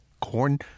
corn